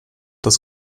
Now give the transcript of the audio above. dass